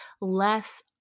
less